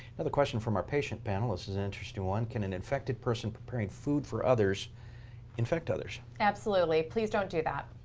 another question from our patient panel. this is an interesting one. can an infected person preparing food for others infect others? absolutely. please don't do that.